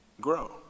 grow